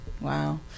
wow